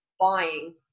buying